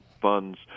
funds